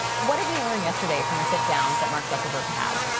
what did we learn yesterday from the sit downs that mark zuckerberg had?